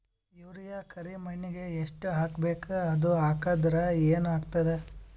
Urea ಕರಿಮಣ್ಣಿಗೆ ಎಷ್ಟ್ ಹಾಕ್ಬೇಕ್, ಅದು ಹಾಕದ್ರ ಏನ್ ಆಗ್ತಾದ?